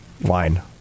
wine